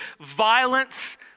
Violence